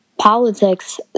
Politics